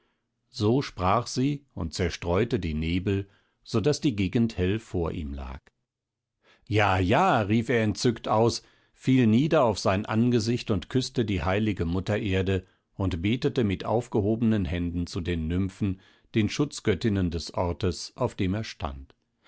so sprach sie und zerstreute die nebel so daß die gegend hell vor ihm lag ja ja rief er entzückt aus fiel nieder auf sein angesicht und küßte die heilige muttererde und betete mit aufgehobenen händen zu den nymphen den schutzgöttinnen des ortes auf dem er stand